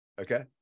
Okay